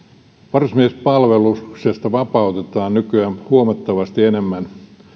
varusmiespalveluksesta vapautetaan nykyään huomattavasti enemmän